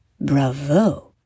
Bravo